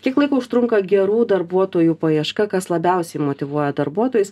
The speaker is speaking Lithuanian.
kiek laiko užtrunka gerų darbuotojų paieška kas labiausiai motyvuoja darbuotojus